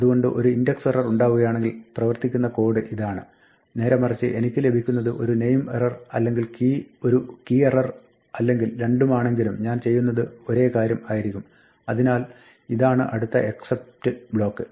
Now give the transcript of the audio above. അതുകൊണ്ട് ഒരു index error ഉണ്ടാവുകയാണെങ്കിൽ പ്രവർത്തിക്കുന്ന കോഡ് ഇതാണ് നേരേമറിച്ച് എനിക്ക് ലഭിക്കുന്നത് ഒരു നെയിം എറർ അല്ലെങ്കിൽ ഒരു കീ എറർ അല്ലെങ്കിൽ രണ്ടുമാണെങ്കിലും ഞാൻ ചെയ്യുന്നത് ഒരേ കാര്യം ആയിരിക്കും അതാനാൽ ഇതാണ് അടുത്ത except ബ്ലോക്ക്